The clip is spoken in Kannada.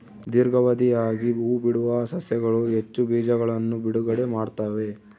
ದೀರ್ಘಾವಧಿಯಾಗ ಹೂಬಿಡುವ ಸಸ್ಯಗಳು ಹೆಚ್ಚು ಬೀಜಗಳನ್ನು ಬಿಡುಗಡೆ ಮಾಡ್ತ್ತವೆ